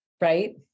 right